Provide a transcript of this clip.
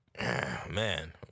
man